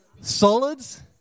Solids